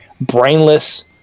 brainless